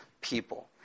people